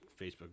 Facebook